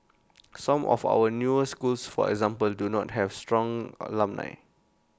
some of our newer schools for example do not have strong alumni